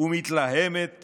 ומתלהמת